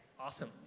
Awesome